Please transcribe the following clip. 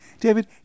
David